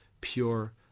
pure